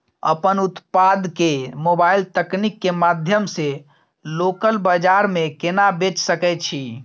अपन उत्पाद के मोबाइल तकनीक के माध्यम से लोकल बाजार में केना बेच सकै छी?